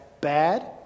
bad